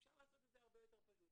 אפשר לעשות את זה הרבה יותר פשוט.